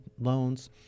loans